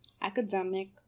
academic